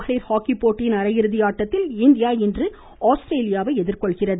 மகளிர் ஹாக்கி போட்டியின் அரையிறுதி ஆட்டத்தில் இந்தியா இன்று ஆஸ்திரேலியாவை எதிர்கொள்கிறது